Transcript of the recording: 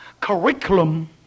curriculum